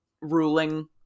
ruling